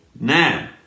Now